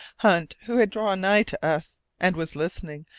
hunt, who had drawn nigh to us, and was listening,